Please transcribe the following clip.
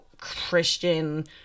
Christian